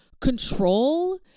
control